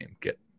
Get